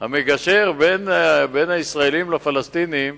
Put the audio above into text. בין הישראלים לפלסטינים,